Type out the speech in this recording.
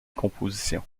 composition